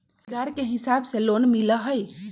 रोजगार के हिसाब से लोन मिलहई?